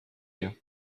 you